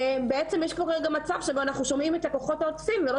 בעצם יש פה כרגע מצב שבו אנחנו שומעים את הכוחות העוטפים ולא